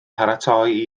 paratoi